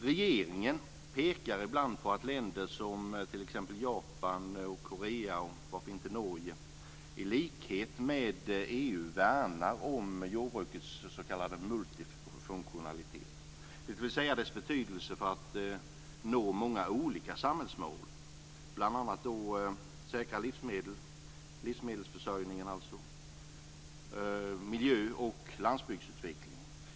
Regeringen pekar ibland på att länder som t.ex. Japan och Korea, och varför inte Norge, i likhet med EU värnar om jordbrukets s.k. multifunktionalitet, dvs. dess betydelse för att nå många olika samhällsmål, bl.a. att säkra livsmedel, livsmedelsförsörjningen, miljö och landsbygdsutveckling.